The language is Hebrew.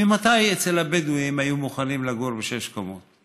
ממתי אצל הבדואים היו מוכנים לגור בשש קומות?